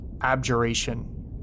abjuration